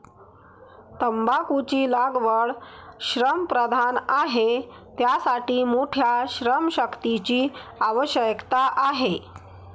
तंबाखूची लागवड श्रमप्रधान आहे, त्यासाठी मोठ्या श्रमशक्तीची आवश्यकता आहे